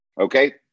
okay